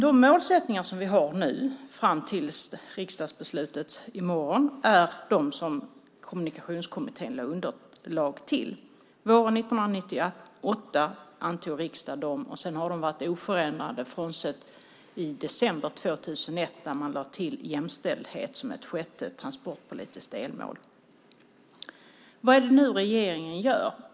De målsättningar som vi har nu, fram till riksdagsbeslutet i morgon, är de som Kommunikationskommittén gav underlag till. Våren 1998 antog riksdagen dem och sedan har de varit oförändrade, frånsett december 2001 när man lade till jämställdhet som ett sjätte transportpolitiskt delmål. Vad är det nu regeringen gör?